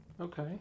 Okay